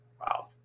wow